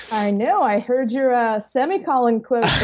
i know. i heard your semicolon quote.